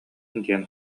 диэн